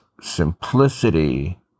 simplicity